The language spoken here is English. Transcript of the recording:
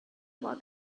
about